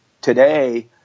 today